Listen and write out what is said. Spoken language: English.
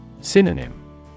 Synonym